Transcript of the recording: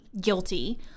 guilty